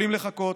יכולים לחכות.